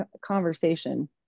conversation